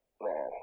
Man